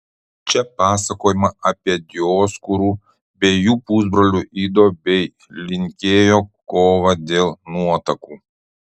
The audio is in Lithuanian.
čia pasakojama apie dioskūrų bei jų pusbrolių ido bei linkėjo kovą dėl nuotakų